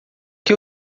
que